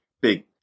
big